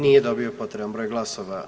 Nije dobio potreban broj glasova.